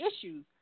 issues